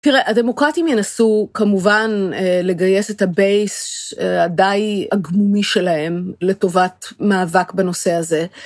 תראה, הדמוקרטים ינסו כמובן לגייס את הבייס הדי עגמומי שלהם לטובת מאבק בנושא הזה.